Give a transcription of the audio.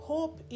Hope